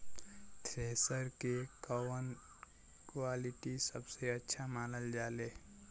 Thresher के कवन quality सबसे अच्छा मानल जाले?